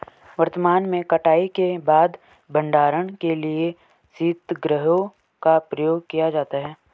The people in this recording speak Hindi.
वर्तमान में कटाई के बाद भंडारण के लिए शीतगृहों का प्रयोग किया जाता है